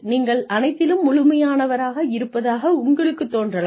நீங்கள் அனைத்திலும் முழுமையானவராக இருப்பதாக உங்களுக்குத் தோன்றலாம்